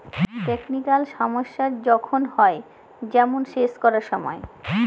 technical সমস্যা যখন হয়, যেমন সেচ করার সময়